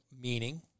meaning